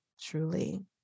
truly